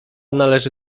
należy